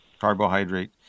carbohydrate